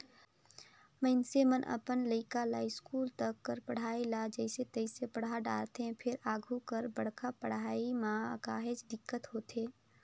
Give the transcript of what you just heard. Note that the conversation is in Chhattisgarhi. मइनसे मन अपन लइका ल इस्कूल तक कर पढ़ई ल जइसे तइसे पड़हा डारथे फेर आघु कर बड़का पड़हई म काहेच दिक्कत होथे